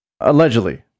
allegedly